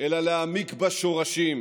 אלא להעמיק בה שורשים.